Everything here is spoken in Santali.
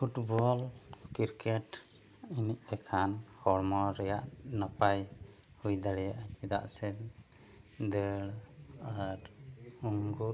ᱯᱷᱩᱴᱵᱚᱞ ᱠᱨᱤᱠᱮᱹᱴ ᱮᱱᱮᱡ ᱞᱮᱠᱷᱟᱱ ᱦᱚᱲᱢᱚ ᱨᱮᱭᱟᱜ ᱱᱟᱯᱟᱭ ᱦᱩᱭ ᱫᱟᱲᱮᱭᱟᱜᱼᱟ ᱪᱮᱫᱟᱜ ᱥᱮ ᱫᱟᱹᱲ ᱟᱨ ᱩᱱᱜᱩᱫ